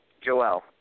Joel